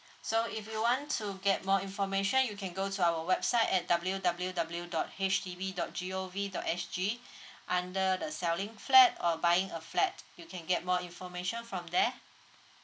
so if you want to get more information you can go to our website at w w w dot H D B dot G O V dot S_G under the selling flat or buying a flat you can get more information from there